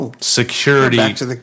security